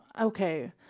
okay